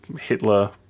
Hitler